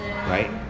right